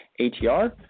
ATR